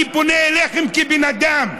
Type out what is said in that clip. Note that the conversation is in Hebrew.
אני פונה אליכם כבן אדם,